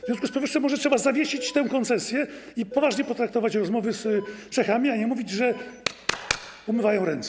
W związku z powyższym może trzeba zawiesić tę koncesję i poważnie potraktować rozmowy z Czechami, a nie mówić, że umywają ręce.